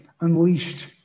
unleashed